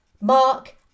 Mark